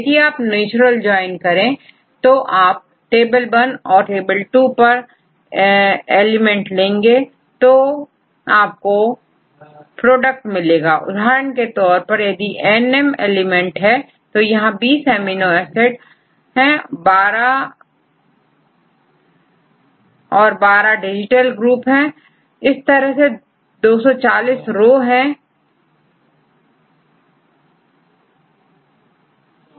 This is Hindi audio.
यदि आप नेचुरल ज्वाइन करें आप टेबल वन और टेबल टू पर एलिमेंट लेंगे तो आपको प्रोडक्ट मिलेगा उदाहरण के तौर पर यदिnm एलिमेंट है तो यहां20 एमिनो एसिड और12 डिजिटल ग्रुप होंगे तो लगभग240 रो होंगी